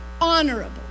honorable